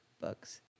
books